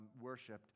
worshipped